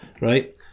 Right